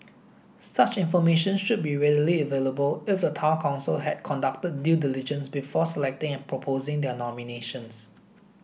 such information should be readily available if the town council had conducted due diligence before selecting and proposing their nominations